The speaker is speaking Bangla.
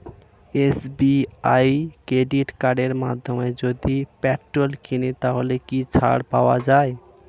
এস.বি.আই ক্রেডিট কার্ডের মাধ্যমে যদি পেট্রোল কিনি তাহলে কি ছাড় পাওয়া যায়?